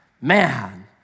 man